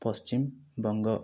ପଶ୍ଚିମ ବଙ୍ଗ